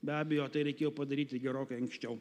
be abejo tai reikėjo padaryti gerokai anksčiau